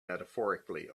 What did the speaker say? metaphorically